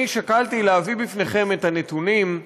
אני שקלתי להביא לפניכם את הנתונים.